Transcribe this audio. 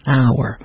hour